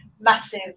massive